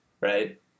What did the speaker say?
right